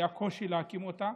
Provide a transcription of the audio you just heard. והיה קושי להקים אותה.